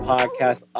Podcast